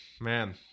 man